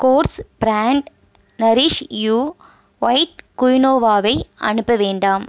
course brand nourish you white குயினோவாவை அனுப்ப வேண்டாம்